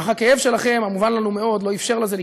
אך הכאב שלכם, המובן לנו מאוד, לא אפשר לזה לקרות.